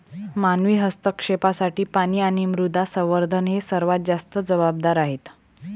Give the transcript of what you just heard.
मानवी हस्तक्षेपासाठी पाणी आणि मृदा संवर्धन हे सर्वात जास्त जबाबदार आहेत